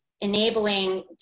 enabling